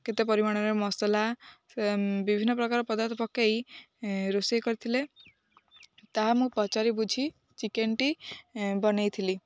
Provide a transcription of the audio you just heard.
କେତେ ପରିମାଣରେ ମସଲା ବିଭିନ୍ନ ପ୍ରକାର ପଦାର୍ଥ ପକେଇ ରୋଷେଇ କରିଥିଲେ ତାହା ମୁଁ ପଚାରି ବୁଝି ଚିକେନଟି ବନେଇ ଥିଲି